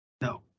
no